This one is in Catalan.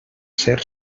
ser